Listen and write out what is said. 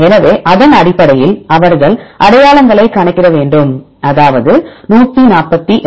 எனவே அதன் அடிப்படையில் அவர்கள் அடையாளங்களை கணக்கிட வேண்டும் அதாவது148